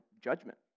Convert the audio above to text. judgment